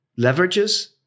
leverages